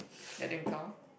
that didn't count